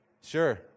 sure